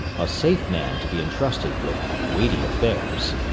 a safe man to be intrusted with weighty affairs.